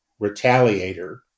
Retaliator